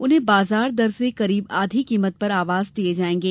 उन्हें बाजार दर से करीब आधी कीमत पर आवास दिये जायेंगे